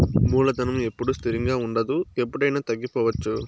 మూలధనం ఎప్పుడూ స్థిరంగా ఉండదు ఎప్పుడయినా తగ్గిపోవచ్చు